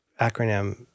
acronym